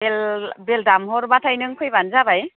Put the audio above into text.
बेल बेल दामहरबाथाय नों फैबानो जाबाय